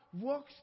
walks